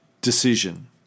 decision